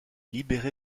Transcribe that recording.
libéré